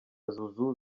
zouzou